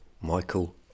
Michael